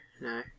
no